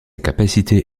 capacité